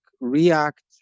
React